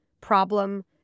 problem